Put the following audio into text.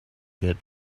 get